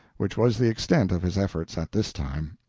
which was the extent of his efforts at this time.